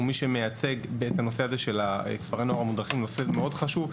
הוא מי שמייצג את הנושא הזה של כפרי הנוער המודרכים זה נושא מאוד חשוב.